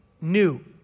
new